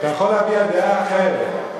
אתה יכול להביע דעה אחרת.